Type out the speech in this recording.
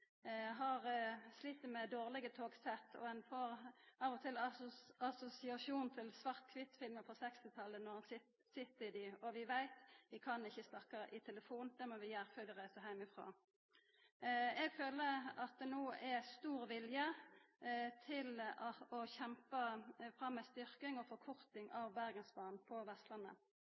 slit med dårlege togsett, og ein får av og til assosiasjonar til svart-kvitt-filmar frå 1960-talet når vi sit i dei og veit at vi ikkje kan snakka i telefonen – det må vi gjera før vi reiser heimanfrå. Eg føler at det no er stor vilje til å kjempa fram ei styrking og forkorting av Bergensbanen på Vestlandet.